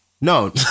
No